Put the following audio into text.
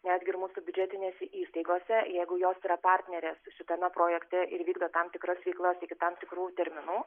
netgi ir mūsų biudžetinėse įstaigose jeigu jos yra partnerės šitame projekte ir vykdo tam tikras veiklas iki tik tam tikrų terminų